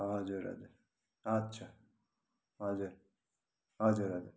हजुर हजुर आच्छा हजुर हजुर हजुर